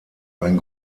ein